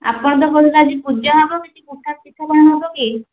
ଆପଣ ତ କହୁଛନ୍ତି ପୂଜା ହେବ କିଛି ପିଠା ବନା ହେବ କି